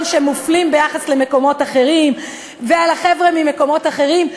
שמופלים ביחס לאלה ממקומות אחרים ועל החבר'ה ממקומות אחרים.